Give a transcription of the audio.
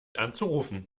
anzurufen